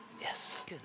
Yes